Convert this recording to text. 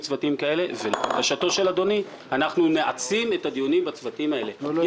מקיימים איתם שיח כדי לבדוק האם הפתרונות שאנחנו מציעים הם ישימים,